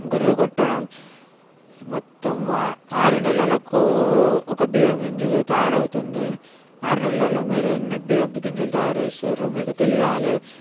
గొర్రు కొట్టడం మొత్తం ఆరు నెలలకు ఒక బియ్యపుగింజ తయారు అవుతుంది ఆరు నెలలలో మీరు ఎన్ని బియ్యపుగింజలు తయారు చేస్తారు మీకు తెలియాలి